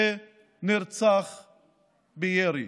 שנרצח בירי.